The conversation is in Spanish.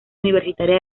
universitaria